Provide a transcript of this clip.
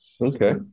Okay